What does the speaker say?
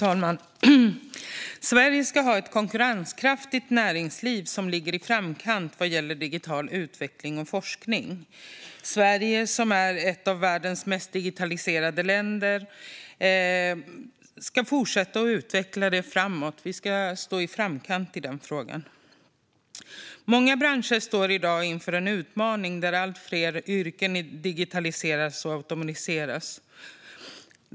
Fru talman! Sverige ska ha ett konkurrenskraftigt näringsliv som ligger i framkant vad gäller digital utveckling och forskning. Sverige är ett av världens mest digitaliserade länder. Vi ska fortsätta att utveckla landet och vara i framkant vad gäller digitalisering. Många branscher står i dag inför en utmaning där allt fler yrken digitaliseras och automatiseras.